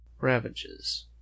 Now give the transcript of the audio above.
ravages